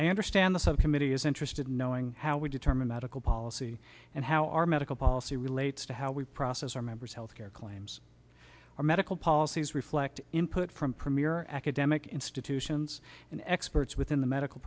i understand the subcommittee is interested in knowing how we determine medical policy and how our medical policy relates to how we process our members health care claims our medical policies reflect input from premier academic institutions and experts within the medical